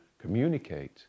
communicate